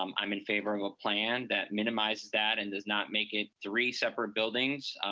um i'm in favor of a plan that minimizes that and does not make it three separate buildings,